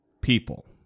people